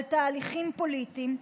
על תהליכים פוליטיים,